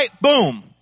boom